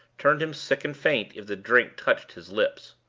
turned him sick and faint if the drink touched his lips.